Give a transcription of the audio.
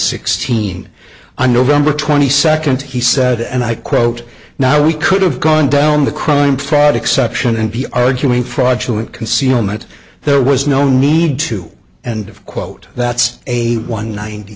sixteen on nov twenty second he said and i quote now we could have gone down the crime fraud exception and be arguing fraudulent concealment there was no need to end of quote that's a one ninety